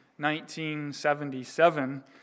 1977